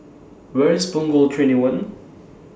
Where IS Punggol twenty one